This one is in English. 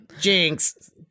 Jinx